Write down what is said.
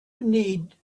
need